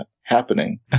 happening